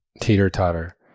teeter-totter